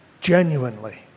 genuinely